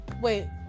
Wait